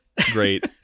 great